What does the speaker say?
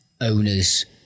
owners